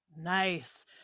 Nice